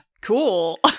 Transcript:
Cool